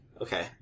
Okay